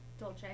Dolce